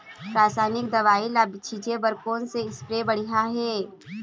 रासायनिक दवई ला छिचे बर कोन से स्प्रे बढ़िया हे?